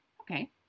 Okay